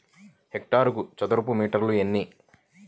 హెక్టారుకు చదరపు మీటర్లు ఎన్ని?